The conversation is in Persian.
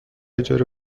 اجاره